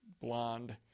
blonde